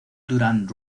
durand